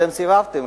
אתם סירבתם.